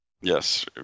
Yes